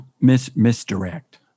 misdirect